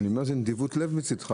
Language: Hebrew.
זו נדיבות לב מצדך.